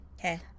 Okay